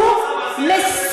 הוא יישאר במולדת על אפך ועל חמתך.